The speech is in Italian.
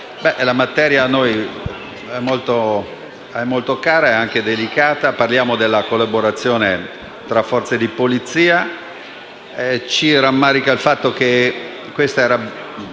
la materia è a noi molto cara ed anche delicata: parliamo della collaborazione tra forze di polizia. Ci rammarica il fatto che questo